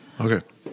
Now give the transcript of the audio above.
Okay